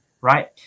Right